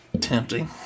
tempting